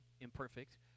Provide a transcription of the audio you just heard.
imperfect